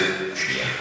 לרשותך.